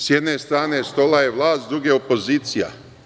S jedne strane stola je vlast, s druge opozicija.